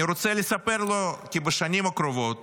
אני רוצה לספר לו כי בשנים הקרובות